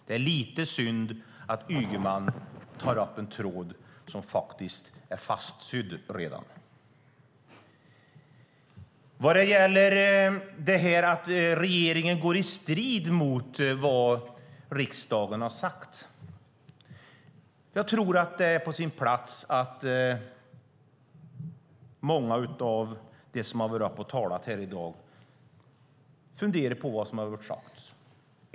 Det är lite synd att Ygeman tar upp en tråd som redan är fastsydd. Vad gäller att regeringen skulle agera i strid mot vad riksdagen har sagt tror jag att det är på sin plats att många av dem som talat här i dag funderar på vad som har sagts.